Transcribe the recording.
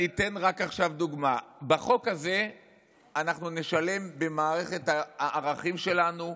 אני רק אתן דוגמה: בחוק הזה אנחנו נשלם במערכת הערכים שלנו,